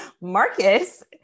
Marcus